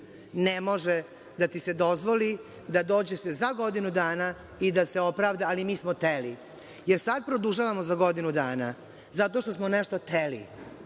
ne može da ti se dozvoli da se dođe za godinu dana i da se opravda – ali mi smo hteli. Sada produžavamo za godinu dana zato što smo nešto hteli